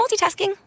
multitasking